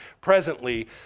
presently